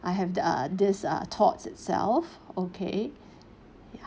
I have the uh this uh thoughts itself okay ya